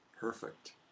Perfect